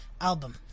album